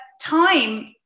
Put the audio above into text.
time